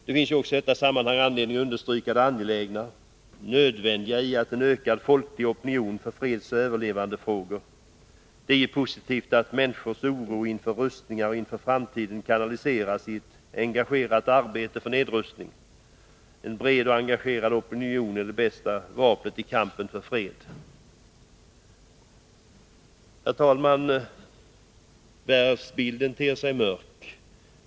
Det finns i detta sammanhang anledning att understryka det angelägna, ja, det nödvändiga i en ökad folklig opinion i fredsoch överlevandefrågor. Det är positivt att människors oro inför rustningarna och inför framtiden kanaliseras i ett engagerat arbete för nedrustning. En bred och engagerad opinion är det bästa vapnet i kampen för fred. Herr talman! Världsbilden ter sig mörk.